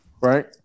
Right